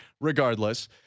regardless